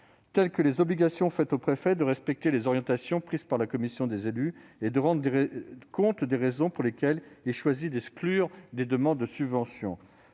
telles que les obligations faites aux préfets de respecter les orientations prises par la commission des élus et de rendre compte des raisons pour lesquelles ils choisissent de rejeter des demandes de subvention.